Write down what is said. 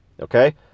Okay